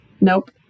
Nope